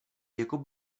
jako